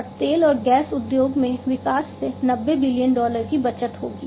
और तेल और गैस उद्योगों में विकास से 90 बिलियन डॉलर की बचत होगी